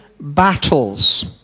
battles